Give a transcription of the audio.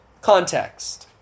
context